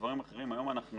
כיום אנחנו